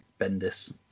Bendis